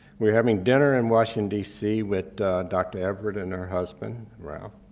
were having dinner in washington d c. with dr. everett and her husband, rao.